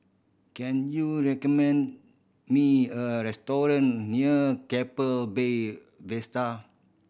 can you recommend me a restaurant near Keppel Bay Vista